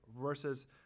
Versus